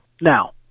now